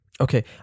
okay